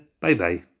Bye-bye